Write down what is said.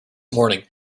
morning